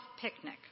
picnic